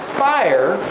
fire